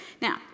Now